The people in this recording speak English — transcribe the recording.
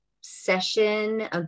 session